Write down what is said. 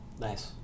Nice